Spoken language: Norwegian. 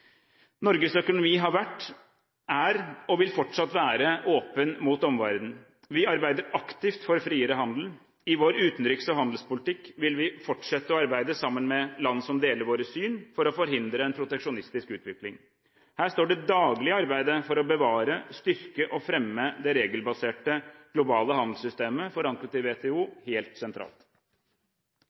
Norges økonomi har vært, er, og vil fortsatt være åpen mot omverdenen. Vi arbeider aktivt for friere handel. I vår utenriks- og handelspolitikk vil vi fortsette å arbeide sammen med land som deler våre syn, for å forhindre en proteksjonistisk utvikling. Her står det daglige arbeidet for å bevare, styrke og fremme det regelbaserte, globale handelssystemet forankret i WTO helt sentralt.